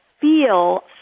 feel